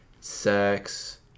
Sex